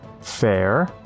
fair